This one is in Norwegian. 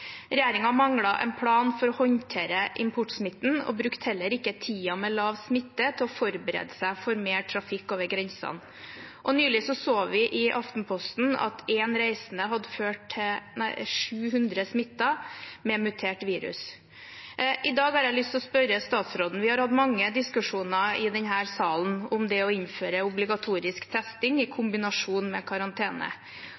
en plan for å håndtere importsmitten og brukte heller ikke tiden med liten smitte til å forberede seg på mer trafikk over grensene. Nylig så vi i Aftenposten at én reisende hadde ført til 700 smittede med mutert virus. I dag har jeg lyst til å spørre statsråden: Vi har hatt mange diskusjoner i denne salen om det å innføre obligatorisk testing i